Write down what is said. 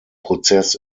prozess